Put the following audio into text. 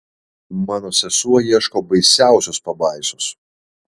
mano sesuo ieško baisiausios pabaisos